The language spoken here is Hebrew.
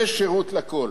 זה שירות לכול.